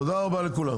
תודה רבה לכולם.